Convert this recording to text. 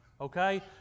Okay